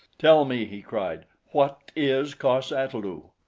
tell me, he cried, what is cos-ata-lu?